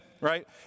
Right